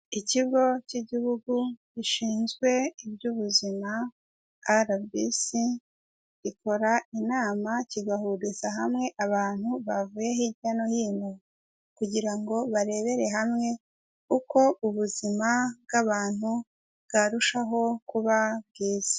Ikigo cy'igihugu gishinzwe iby'ubuzima rbc gikora inama kigahuriza hamwe abantu bavuye hirya no hino, kugira ngo barebere hamwe uko ubuzima bw'abantu bwarushaho kuba bwiza.